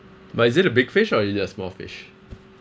but is it a big fish or it just small fish